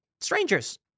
strangers